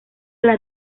las